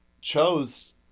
chose